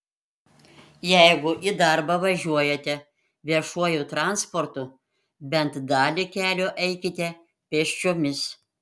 jeigu į darbą važiuojate viešuoju transportu bent dalį kelio eikite pėsčiomis